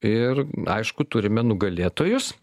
ir aišku turime nugalėtojus